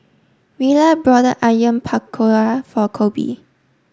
Rella brought Onion Pakora for Coby